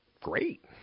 great